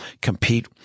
compete